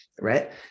right